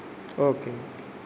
okay